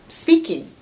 speaking